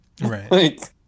Right